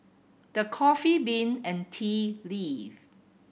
The Coffee Bean and Tea Leaf